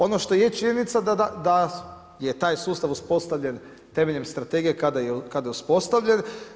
Ono što je činjenica da je taj sustav uspostavljen temeljem Strategije kada je uspostavljen.